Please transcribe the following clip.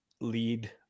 lead